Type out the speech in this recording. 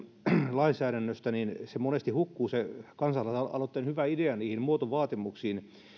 lainsäädännöstä niin monesti se kansalaisaloitteen hyvä idea hukkuu niihin muotovaatimuksiin